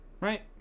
Right